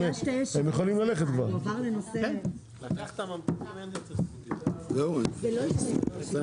14:50.